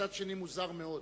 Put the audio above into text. מצד שני מוזר מאוד.